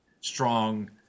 strong